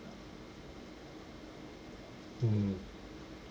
mm